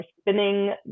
spinning